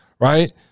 right